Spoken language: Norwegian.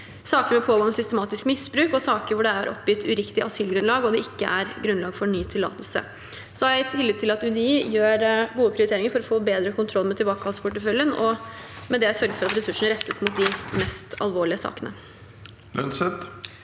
saker om pågående systematisk misbruk og saker hvor det er oppgitt uriktig asylgrunnlag og det ikke er grunnlag for ny tillatelse. Jeg har tillit til at UDI gjør gode prioriteringer for å få bedre kontroll over tilbakekallsporteføljen og med det sørger for at ressurser rettes mot de mest alvorlige sakene.